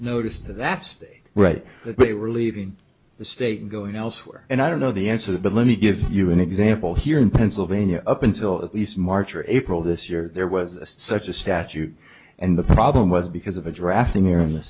notice to that's right but they were leaving the state going elsewhere and i don't know the answer but let me give you an example here in pennsylvania up until at least march or april this year there was such a statute and the problem was because of a drafting year in the